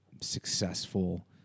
successful